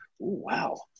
wow